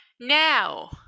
Now